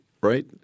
right